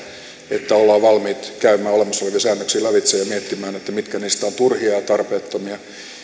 että ollaan valmiit käymään olemassa olevia säännöksiä lävitse ja miettimään mitkä niistä ovat turhia ja tarpeettomia